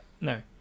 No